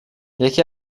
یکی